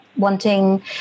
wanting